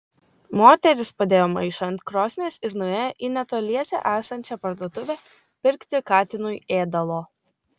moteris padėjo maišą ant krosnies ir nuėjo į netoliese esančią parduotuvę pirkti katinui ėdalo